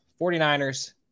49ers